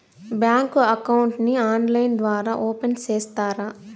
Bank account ని online ద్వారా open సేస్తారా?